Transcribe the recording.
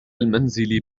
المنزل